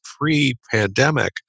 pre-pandemic